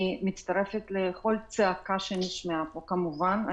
אני מצטרפת לכל צעקה שנשמעה פה כמובן.